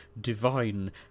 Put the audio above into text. divine